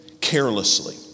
carelessly